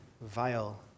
vile